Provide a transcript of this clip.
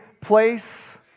place